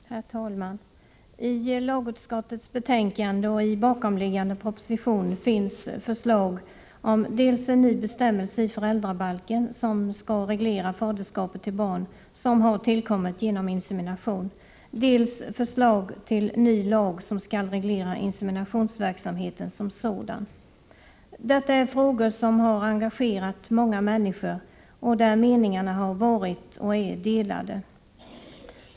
Herr talman! I lagutskottets betänkande och i bakomliggande proposition finns förslag dels om en ny bestämmelse i föräldrabalken som skall reglera faderskapet till barn som har tillkommit genom insemination, dels förslag till ny lag som skall reglera inseminationsverksamheten som sådan. Detta är frågor som har engagerat många människor och där meningarna har varit och är delade.